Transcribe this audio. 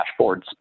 dashboards